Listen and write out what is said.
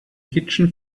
kitchen